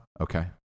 Okay